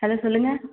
hello சொல்லுங்கள்